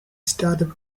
started